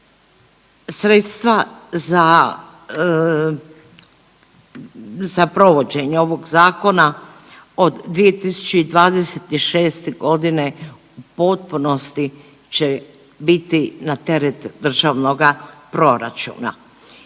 Sredstva za, za provođenje ovog zakona od 2026.g. u potpunosti će biti na teret državnoga proračuna.